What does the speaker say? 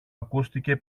ακούστηκε